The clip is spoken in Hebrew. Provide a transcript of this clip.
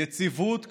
יציבות כלכלית,